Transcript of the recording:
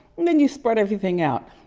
and then you spread everything out.